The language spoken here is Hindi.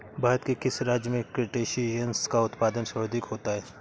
भारत के किस राज्य में क्रस्टेशियंस का उत्पादन सर्वाधिक होता है?